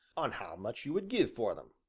on how much you would give for them.